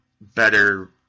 better